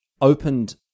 opened